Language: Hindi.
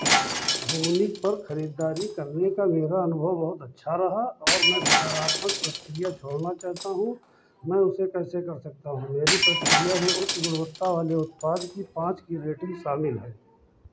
भूनिक पर खरीददारी करने का मेरा अनुभव बहुत अच्छा रहा और मैं सकारात्मक प्रतिक्रिया छोड़ना चाहता हूँ मैं उसे कैसे कर सकता हूँ मेरी प्रतिक्रिया में उच्च गुणवत्ता वाले उत्पाद की पाँच की रेटिंग शामिल है